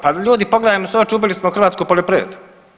Pa ljudi pogledajmo se u oči ubili smo hrvatsku poljoprivredu.